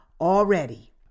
already